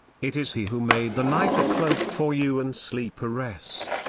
it is he who made the night a cloak for you and sleep a rest,